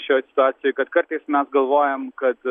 šioj situacijoj kad kartais mes galvojam kad